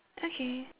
okay